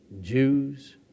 Jews